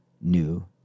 new